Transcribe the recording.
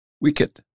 wicked